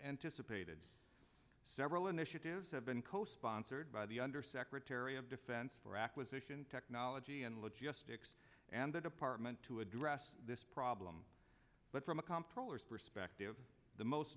anticipated several initiatives have been co sponsored by the undersecretary of defense for acquisition technology and logistics and the department to address this problem but from a calm for xp respective the most